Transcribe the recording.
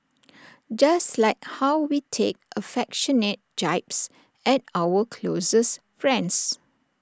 just like how we take affectionate jibes at our closest friends